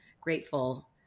grateful